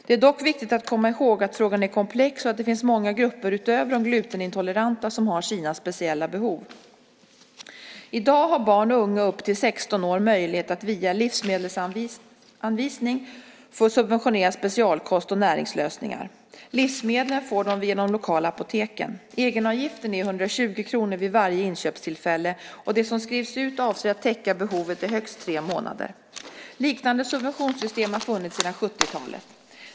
Det är dock viktigt att komma ihåg att frågan är komplex och att det finns många grupper utöver de glutenintoleranta som har sina speciella behov. I dag har barn och unga upp till 16 år möjlighet att via livsmedelsavisning få subventionerad specialkost och näringslösningar. Livsmedlen får de via de lokala apoteken. Egenavgiften är 120 kr vid varje inköpstillfälle, och det som skrivs ut avser att täcka behovet i högst tre månader. Liknande subventionssystem har funnits sedan 70-talet.